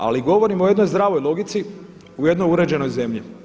Ali govorim o jednoj zdravoj logici, u jednoj uređenoj zemlji.